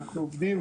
ואנחנו עובדים,